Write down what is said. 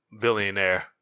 billionaire